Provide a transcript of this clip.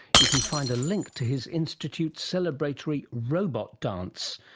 you can find a link to his institute's celebratory robot dance,